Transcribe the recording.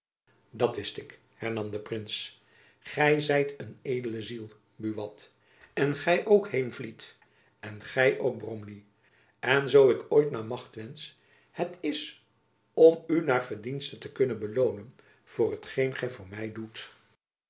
dat wist ik hernam de prins gy zijt een edele ziel buat en gy ook heenvliet en gy ook bromley en zoo ik ooit naar macht wensch het is om u naar verdienste te kunnen beloonen voor hetgeen gy voor my doet